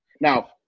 Now